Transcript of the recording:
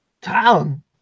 Town